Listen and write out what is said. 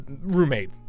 roommate